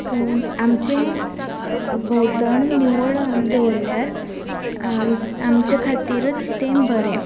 आमचें भोंवतण निवळ आमी दवरल्यार आमचे खातीरूच तें बरें